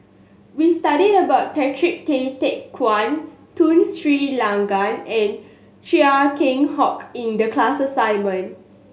we studied about Patrick Tay Teck Guan Tun Sri Lanang and Chia Keng Hock in the class assignment